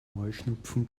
heuschnupfen